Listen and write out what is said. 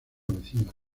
vecina